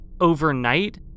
overnight